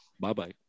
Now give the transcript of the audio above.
Bye-bye